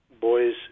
boys